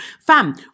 fam